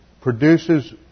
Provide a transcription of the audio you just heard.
produces